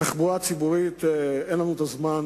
תחבורה ציבורית, אין לנו זמן